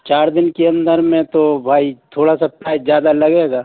चार दिन के अंदर में तो भाई थोड़ा सा प्राइज ज़्यादा लगेगा